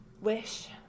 wish